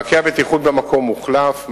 מעקה הבטיחות במקום הוחלף.